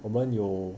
我们有